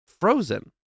Frozen